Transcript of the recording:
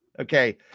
Okay